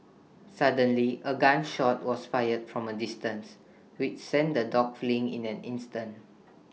suddenly A gun shot was fired from A distance which sent the dogs fleeing in an instant